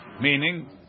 meaning